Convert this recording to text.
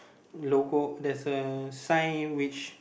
logo there's a sign which